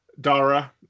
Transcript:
Dara